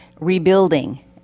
rebuilding